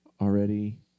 already